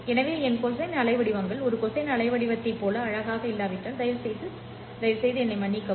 எனவே என் கொசைன் அலைவடிவங்கள் ஒரு கொசைன் அலைவடிவத்தைப் போல அழகாக இல்லாவிட்டால் தயவுசெய்து என்னை மன்னிக்கவும்